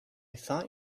thought